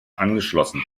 angeschlossen